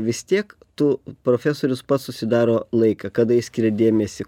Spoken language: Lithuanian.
vis tiek tu profesorius pats susidaro laiką kada jis dėmesį